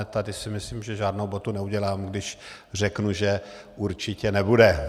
Tady si myslím, že žádnou botu neudělám, když řeknu, že určitě nebude.